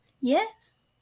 yes